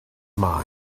mind